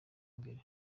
mbere